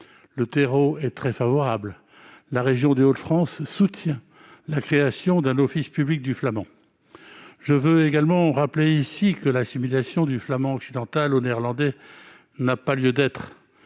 un terreau très favorable : la région des Hauts-de-France soutient la création d'un office public du flamand. Je précise que l'assimilation du flamand occidental au néerlandais n'a pas lieu d'être.